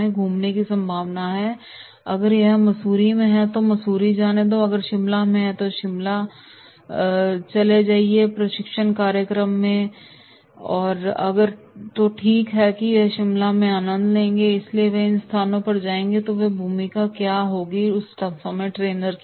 ठीक है अगर यह मसूरी में है तो हमें मसूरी जाने दो अगर यह शिमला में है तो चलिए हम शिमला में प्रशिक्षण कार्यक्रम में जाते हैं तो ठीक है कि हम शिमला का आनंद लेंगे इसलिए वे इन स्थानों पर जाएंगे तो फिर भूमिका क्या होगी ट्रेनर कि